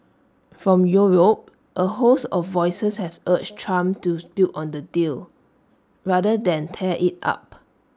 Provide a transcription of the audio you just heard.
from Europe A host of voices have urged Trump to build on the deal rather than tear IT up